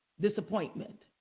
disappointment